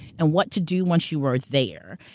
and what to do once you were there.